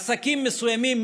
עסקים מסוימים,